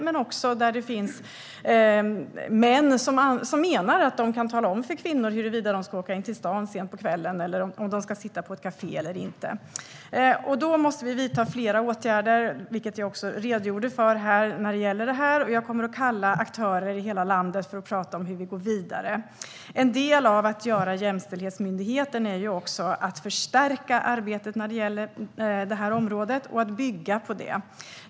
Det finns dock även män där som anser att de kan tala om för kvinnor huruvida de ska få åka in till stan sent på kvällen eller om de får sitta på ett kafé eller inte. Vi måste vidta fler åtgärder, vilket jag redogjorde för tidigare, och jag kommer att kalla aktörer i hela landet för att tala med dem om hur vi ska gå vidare. En del av att inrätta en jämställdhetsmyndighet är att förstärka och bygga på arbetet inom detta område.